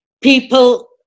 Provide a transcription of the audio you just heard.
people